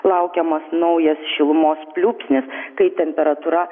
laukiamas naujas šilumos pliūpsnis kai temperatūra